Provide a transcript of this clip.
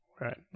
Right